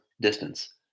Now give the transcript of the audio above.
distance